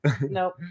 Nope